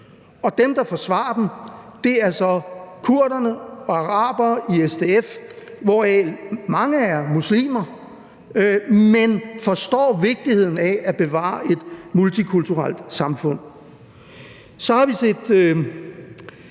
dem, der forsvarer dem, er så kurderne og arabere i SDF, hvoraf mange er muslimer, men de forstår vigtigheden af at bevare et multikulturelt samfund.